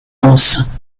anse